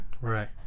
right